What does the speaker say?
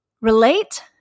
relate